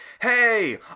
hey